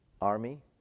army